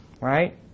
right